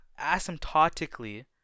asymptotically